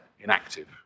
inactive